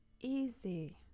easy